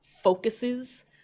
focuses